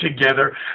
together